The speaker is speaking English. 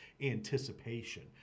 anticipation